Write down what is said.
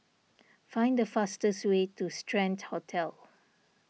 find the fastest way to Strand Hotel